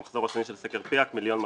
המחזור השני של סקר פיאא"ק מיליון ו-239,000,